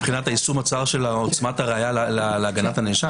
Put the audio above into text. מבחינת יישום- -- עוצמת הראיה להגנת הנאשם.